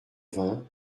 vingt